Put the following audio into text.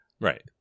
right